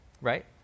right